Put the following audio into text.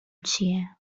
چیه